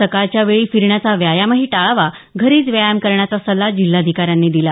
सकाळच्या वेळी फिरण्याचा व्यायामही टाळावा घरीच व्यायाम करण्याचा सल्ला जिल्हाधिकाऱ्यांनी दिला